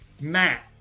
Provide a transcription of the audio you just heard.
Matt